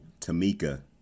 Tamika